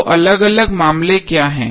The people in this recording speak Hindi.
दो अलग अलग मामले क्या हैं